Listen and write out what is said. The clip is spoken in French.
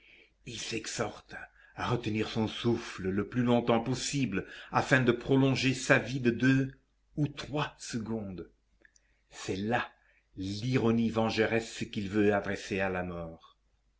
il s'exhorte à retenir son souffle le plus longtemps possible afin de prolonger sa vie de deux ou trois secondes c'est là l'ironie vengeresse qu'il veut adresser à la mort